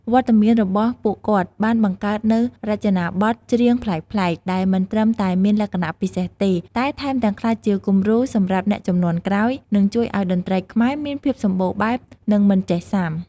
វត្តមានរបស់ពួកគាត់បានបង្កើតនូវ រចនាបថច្រៀងប្លែកៗ ដែលមិនត្រឹមតែមានលក្ខណៈពិសេសទេ តែថែមទាំងក្លាយជាគំរូសម្រាប់អ្នកជំនាន់ក្រោយ និងជួយឱ្យតន្ត្រីខ្មែរមានភាពសម្បូរបែប និងមិនចេះសាំ។